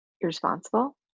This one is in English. irresponsible